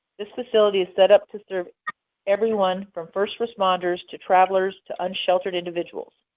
this facility is set up to serve everyone from first responders to travelers to unsheltered individuals.